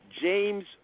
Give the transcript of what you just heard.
James